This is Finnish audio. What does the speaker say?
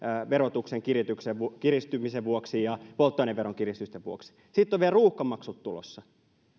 verotuksen kiristymisen vuoksi ja polttoaineveron kiristysten vuoksi sitten on vielä ruuhkamaksut tulossa